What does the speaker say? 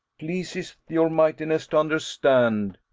pleaseth your mightiness to understand,